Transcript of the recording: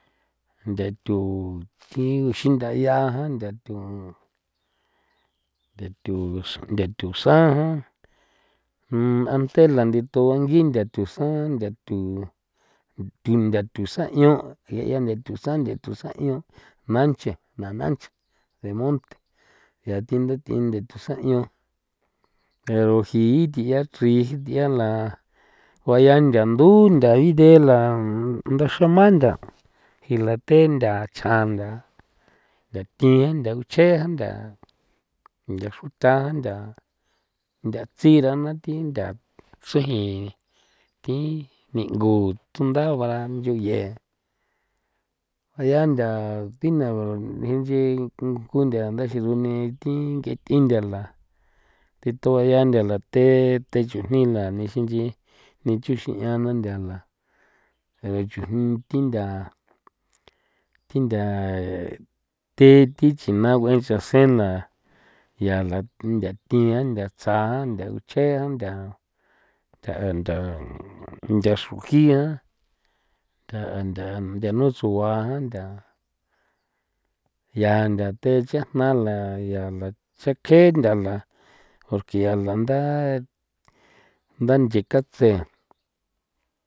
Ntha thu thi guxinda 'ia jan ntha thu nthatusa nthathusan ante la ndithun bangi nthatusan nthathu thunda nthusaño ya ya nthatusan nthathusaño nanche na nanche de monte ya thi ntha thusaño pero ji thi chri ji thia la juayaa nthandu ntha ide la nthaxrama ntha jii la the ntha chjan ntha ntha thi jan ntha guche jan ntha xruta'a ntha nthatsira na thi ntha chreji ni thi ningu tsunda bara ncho ye juaya ntha thi na inchi kuntha nthaxi rune thi nge th'i ntha la thi thua yaa ntha la the te chujni la nixin nch'i ni chunxi'an na ntha la pero chuj thi ntha thi ntha thi thi chinague'e chan se la ya la ntha thi'an nthatsja ntha guche jan ntha a ntha ntha xrujian ntha a ntha nutsua ntha ya ntha te chajna la ya la chakje ntha la porque ya la ntha ntha nche katse.